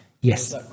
Yes